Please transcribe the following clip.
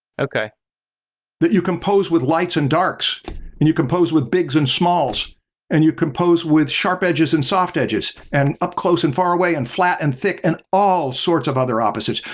that you compose with lights and darks and you compose with bigs and smalls and you compose with sharp edges and soft edges and up close and far away and flat and thick and all sorts of other opposites.